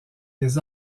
les